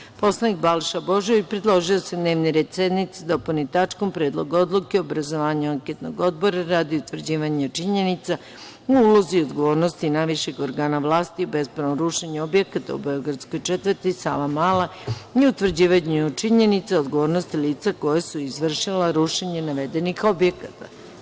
Narodni poslanik Balša Božović predložio je da se dnevni red sednice dopuni tačkom – Predlog odluke o obrazovanju anketnog odbora radi utvrđivanja činjenica o ulozi i odgovornosti najviših organa vlasti o bespravnom rušenju objekata u beogradskoj četvrti Savamala i utvrđivanju činjenica o odgovornosti lica koja su izvršila rušenje navedenih objekata.